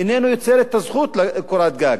איננו יוצר את הזכות לקורת גג.